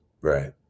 Right